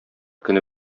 көне